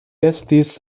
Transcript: estis